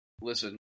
Listen